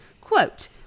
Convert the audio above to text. Quote